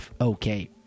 Okay